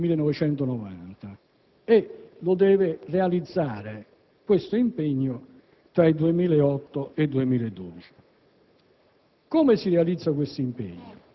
rispetto ai livelli del 1990 e deve realizzare questo impegno tra il 2008 e il 2012.